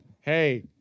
Hey